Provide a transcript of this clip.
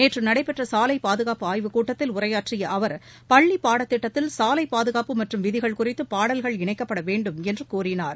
நேற்று நடைபெற்ற சாலை பாதுகாப்பு ஆய்வு கூட்டத்தில் உரையாற்றிய அவர் பள்ளி பாட திட்டத்தில் சாலை பாதுகாப்பு மற்றும் விதிகள் குறித்து பாடல்கள் இணைக்கப்பட வேண்டும் என்று கூறினார்